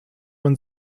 man